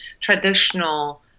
traditional